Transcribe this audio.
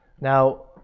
Now